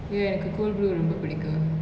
ya எனக்கு:enaku cold brew ரொம்ப புடிக்கு:romba pudiku